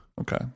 Okay